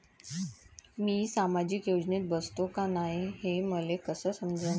मी सामाजिक योजनेत बसतो का नाय, हे मले कस समजन?